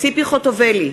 ציפי חוטובלי,